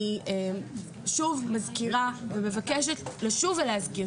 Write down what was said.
אני מבקשת לשוב ולהזכיר,